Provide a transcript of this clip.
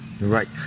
Right